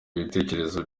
ibitekerezo